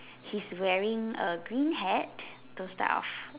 he's wearing a green hat those type of